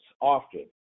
often